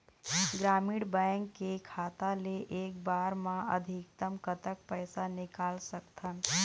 ग्रामीण बैंक के खाता ले एक बार मा अधिकतम कतक पैसा निकाल सकथन?